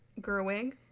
Gerwig